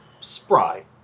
spry